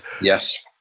Yes